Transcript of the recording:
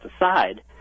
aside